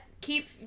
Keep